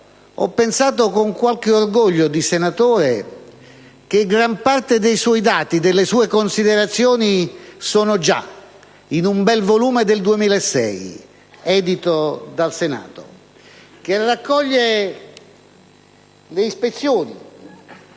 ho pensato con qualche orgoglio di senatore che gran parte dei suoi dati e delle sue considerazioni sono già in un bel volume del 2006, edito dal Senato, che raccoglie le ispezioni